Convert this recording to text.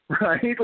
right